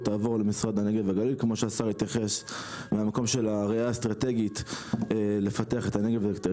אני אגיד שהאחריות עברה אלינו ואנחנו למדים את זה